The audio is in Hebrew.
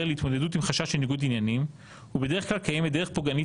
להתמודדות עם חשש לניגוד עניינים ובדרך כלל קיימת דרך פוגענית